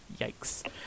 Yikes